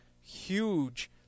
huge